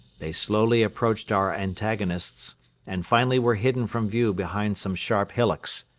they slowly approached our antagonists and finally were hidden from view behind some sharp hillocks.